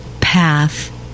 Path